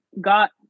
got